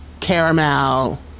Caramel